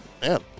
man